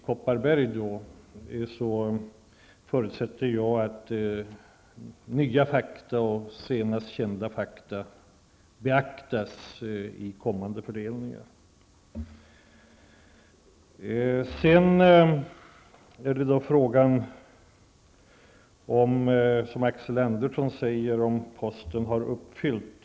Kopparbergs län förutsätter jag att nya och senast kända fakta beaktas i kommande fördelning av stöd. Axel Andersson frågar om posten har uppfyllt de krav som kan ställas på den.